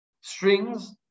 strings